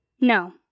No